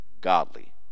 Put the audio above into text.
godly